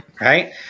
Right